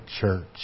church